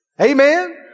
Amen